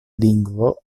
lingvo